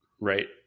right